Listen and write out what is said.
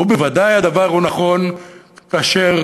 וודאי הדבר נכון כאשר